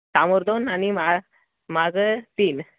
समोर दोन आणि मा मागं तीन